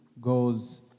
goes